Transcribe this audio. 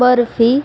barfi